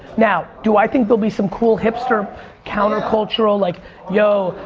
now do i think they'll be some cool hipster counter-cultural like yo,